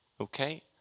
Okay